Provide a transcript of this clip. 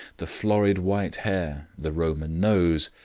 the florid white hair, the roman nose,